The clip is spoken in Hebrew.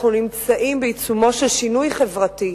אנחנו נמצאים בעיצומו של שינוי חברתי.